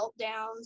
meltdowns